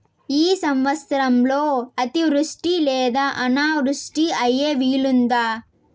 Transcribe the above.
ఈ సంవత్సరంలో అతివృష్టి లేదా అనావృష్టి అయ్యే వీలుందా?